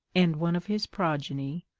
and one of his progeny,